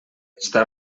està